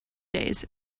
days